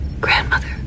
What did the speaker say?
grandmother